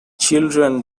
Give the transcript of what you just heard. children